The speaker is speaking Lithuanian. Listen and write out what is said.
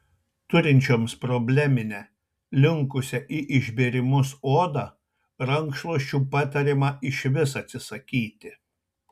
turinčioms probleminę linkusią į išbėrimus odą rankšluosčių patariama išvis atsisakyti